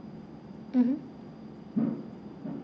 mmhmm